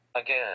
Again